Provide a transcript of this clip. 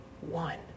one